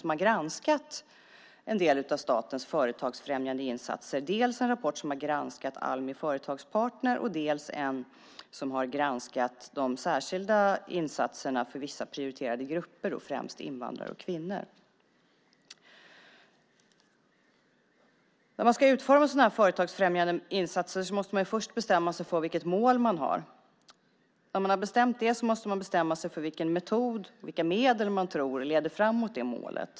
Man har granskat en del av statens företagsfrämjande insatser. I en rapport har man granskat Almi Företagspartner. I en rapport har man granskat de särskilda insatserna för vissa prioriterade grupper, främst invandrare och kvinnor. När man ska utforma sådana här företagsfrämjande insatser måste man först bestämma sig för vilket mål man har. När man har bestämt det måste man bestämma sig för vilken metod och vilka medel man tror leder fram mot det målet.